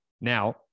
Now